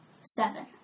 seven